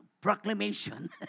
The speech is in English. proclamation